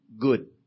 good